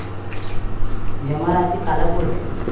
जमा राशि काला बोलथे?